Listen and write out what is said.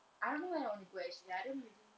I don't know where I want to go actually I don't really